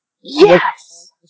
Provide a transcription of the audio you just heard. Yes